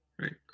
right